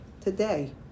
today